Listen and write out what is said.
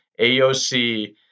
AOC